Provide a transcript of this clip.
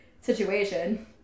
situation